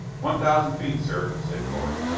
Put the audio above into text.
one thousand feet, sir, said correy.